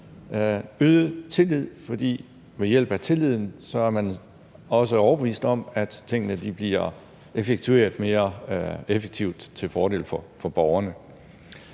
øget tillid, for ved hjælp af tillid er man også overbevist om, at tingene bliver effektueret mere effektivt til fordel for borgerne.